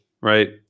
Right